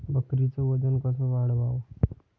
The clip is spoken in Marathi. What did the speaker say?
बकरीचं वजन कस वाढवाव?